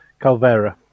Calvera